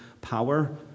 power